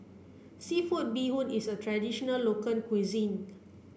seafood bee hoon is a traditional local cuisine